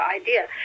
idea